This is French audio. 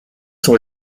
sont